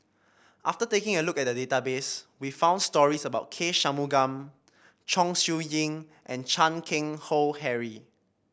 after taking a look at the database we found stories about K Shanmugam Chong Siew Ying and Chan Keng Howe Harry